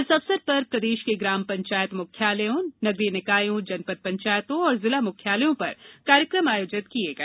इस अवसर पर प्रदेश के ग्राम पंचायत मुख्यालयों नगरीय निकायों जनपद पंचायतों और जिला मुख्यालयों पर कार्यक्रम आयोजित किए गए